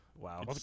Wow